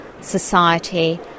society